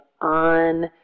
on